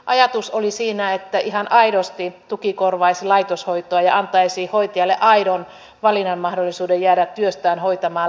ajatus oli siinä että ihan aidosti tuki korvaisi laitoshoitoa ja antaisi hoitajalle aidon valinnanmahdollisuuden jäädä työstään hoitamaan läheistään